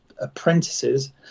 apprentices